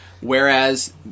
Whereas